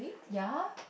ya